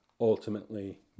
ultimately